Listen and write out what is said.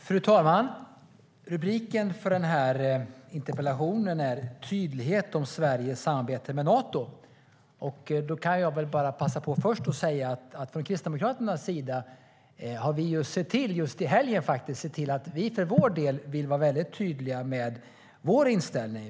Fru talman! Rubriken för den här interpellationen är Tydlighet om Sveriges samarbete med Nato . Från Kristdemokraternas sida har vi just i helgen sett till att vi för vår del är tydliga med vår inställning.